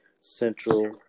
Central